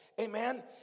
Amen